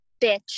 bitch